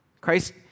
Christ